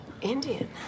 Indian